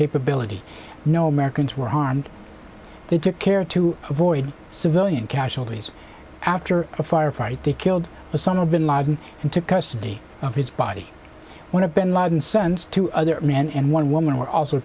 capability no americans were harmed they took care to avoid civilian casualties after a firefight they killed osama bin laden and took custody of his body one of bin laden sons two other men and one woman were also